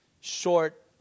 short